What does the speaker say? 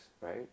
right